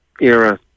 era